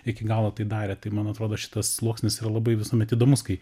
iki galo tai darė tai man atrodo šitas sluoksnis yra labai visuomet įdomus kai